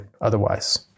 otherwise